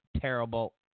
terrible